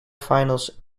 finals